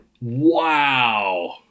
Wow